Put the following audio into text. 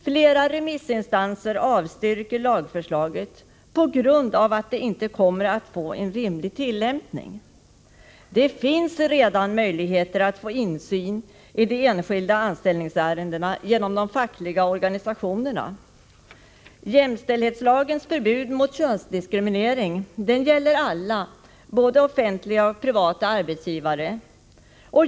Flera remissinstanser avstyrker lagförslaget på grund av att det inte kommer att få en rimlig tillämpning. Det finns redan möjligheter att få insyn i de enskilda anställningsärendena genom de fackliga organisationerna. Jämställdhetslagens förbud mot könsdiskriminering gäller alla, både offentliga och privata arbetsgivare.